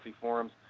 forums